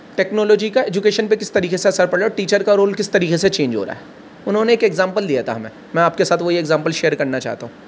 technology کا education پہ کس طریقے سے اثر پڑ رہا ہے اور ٹیچر کا رول کس طریقے سے چینج ہو رہا ہے انہوں نے ایک ایکزامپل دیا تھا ہمیں میں آپ کے ساتھ وہی ایکزامپل شیئر کرنا چاہتا ہوں